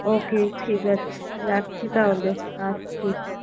ওকে ঠিক আছে রাখছি তাহলে আসছি